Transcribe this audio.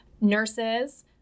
nurses